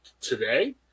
today